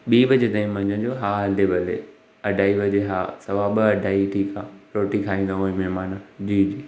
ॿीं बजे ताईं मंझंदि जो हा हले भले अढाई बजे हा सवा ॿ अढाई ठीकु आहे रोटी खाईंदा उहा ई महिमान जी जी